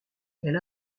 elle